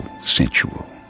sensual